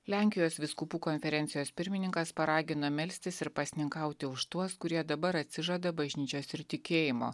lenkijos vyskupų konferencijos pirmininkas paragino melstis ir pasninkauti už tuos kurie dabar atsižada bažnyčios ir tikėjimo